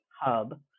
hub